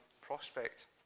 prospect